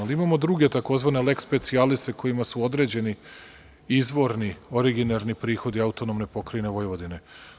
Ali imamo druge tzv. lex specialis kojima su određeni izvorni, originarni prihodi AP Vojvodine.